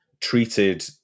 treated